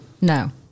No